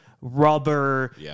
rubber